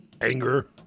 anger